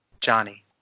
Johnny